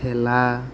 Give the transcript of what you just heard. ঠেলা